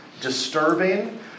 disturbing